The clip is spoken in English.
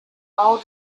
all